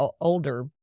older